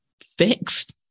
fixed